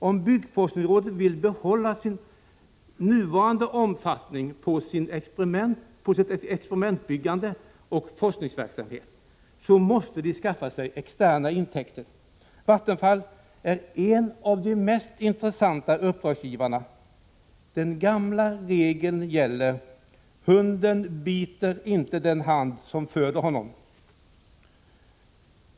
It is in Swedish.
Om byggforskningsrådet vill bibehålla nuvarande omfattning på sitt experimentbyggande och sin forskningsverksamhet, måste det skaffa sig externa intäkter. Vattenfall är en av de mest intressanta uppdragsgivarna. Den gamla regeln kommer att gälla: hunden biter inte den hand som föder honom.